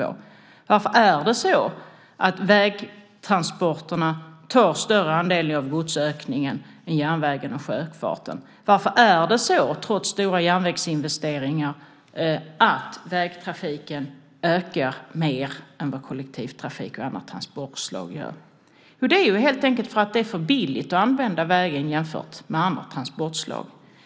Varför är det så att vägtransporterna tar en större andel av godsökningen än järnvägen och sjöfarten? Varför är det så att vägtrafiken trots stora järnvägsinvesteringar ökar mer än vad kollektivtrafik och andra transportslag gör? Jo, det är helt enkelt därför att det är för billigt att använda vägen jämfört med andra transportslag.